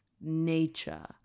nature